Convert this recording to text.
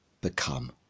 become